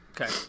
Okay